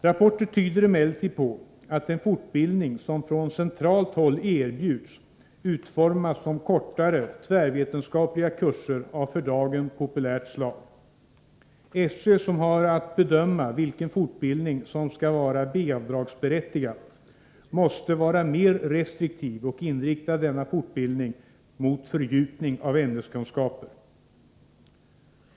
Rapporter tyder emellertid på att den fortbildning som erbjuds från centralt håll utformas som kortare tvärvetenskapliga kurser av för dagen populärt slag. SÖ, som har att bedöma vilken fortbildning som skall vara B-avdragsberättigad, måste vara restriktiv och inrikta denna fortbildning mot fördjupning av ämneskunskaper.